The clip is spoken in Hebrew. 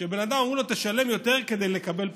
שאומרים לבן אדם: תשלם יותר כדי לקבל פחות.